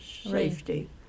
safety